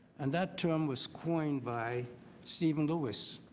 and that term was coined by steven lewis